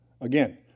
Again